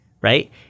right